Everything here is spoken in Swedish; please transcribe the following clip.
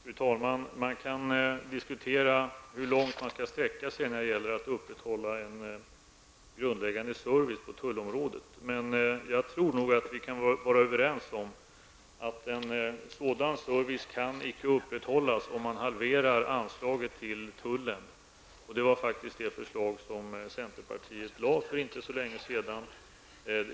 Fru talman! Det kan diskuteras hur långt man skall sträcka sig för att upprätthålla en grundläggande service på tullområdet. Jag tror att vi kan vara överens om att en sådan service inte kan upprätthållas om man halverar anslaget till tullen. Det var faktiskt det centerpartiet föreslog för inte så länge sedan.